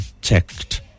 checked